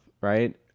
right